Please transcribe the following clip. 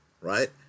right